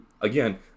again